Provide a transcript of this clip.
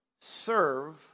serve